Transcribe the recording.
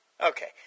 Okay